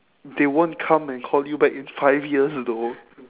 they won't come and call you back in five years though